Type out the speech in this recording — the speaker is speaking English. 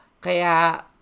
Kaya